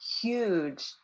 huge